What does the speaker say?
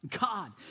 God